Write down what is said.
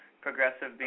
progressive